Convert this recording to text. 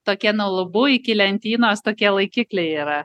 tokie nuo lubų iki lentynos tokie laikikliai yra